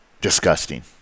disgusting